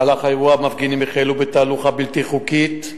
במהלך האירוע המפגינים החלו בתהלוכה בלתי חוקית,